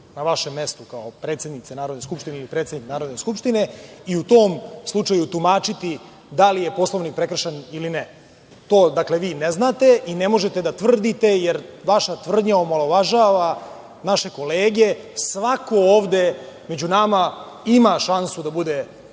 na vašem mestu kao predsednica Narodne skupštine ili predsednik Narodne skupštine i u tom slučaju tumačiti da li je Poslovnik prekršen ili ne. To vi ne znate i ne možete da tvrdite, jer vaša tvrdnja omalovažava naše kolege. Svako ovde među nama ima šansu da bude predsednik